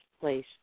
place